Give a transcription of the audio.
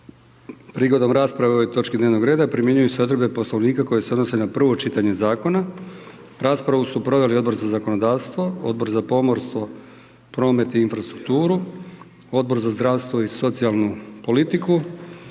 Prigodom rasprave o ovoj točki primjenjuju se odredbe Poslovnika koje se odnose na prvo čitanje zakona. Raspravu proveli odbor za zakonodavstvo, Odbor za pomost5vo, promet i infrastrukturu, Odbor za zdravstvo i socijalnu politiku.